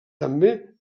també